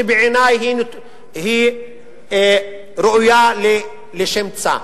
שבעיני היא ראויה לשמצה,